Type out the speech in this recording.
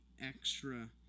extra